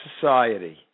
society